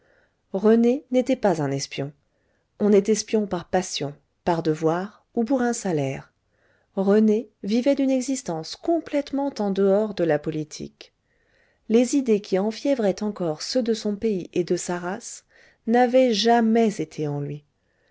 rené n'était pas un espion on est espion par passion par devoir ou pour un salaire rené vivait d'une existence complètement en dehors de la politique les idées qui enfiévraient encore ceux de son pays et de sa race n'avaient jamais été en lui